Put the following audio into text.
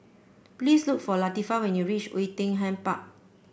please look for Latifah when you reach Oei Tiong Ham Park